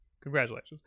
Congratulations